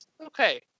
Okay